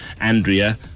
Andrea